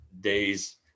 days